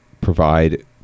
provide